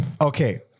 Okay